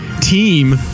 team